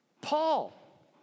Paul